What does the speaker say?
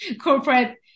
corporate